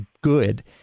good